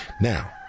Now